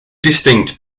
distinct